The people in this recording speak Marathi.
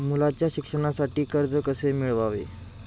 मुलाच्या शिक्षणासाठी कर्ज कसे मिळवावे?